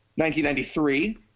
1993